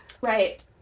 right